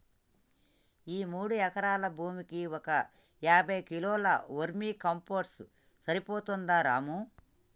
ఈ మూడు ఎకరాల భూమికి ఒక యాభై కిలోల వర్మీ కంపోస్ట్ సరిపోతుందా రాము